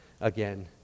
again